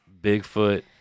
Bigfoot